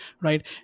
right